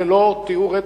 זה לא טיהור אתני,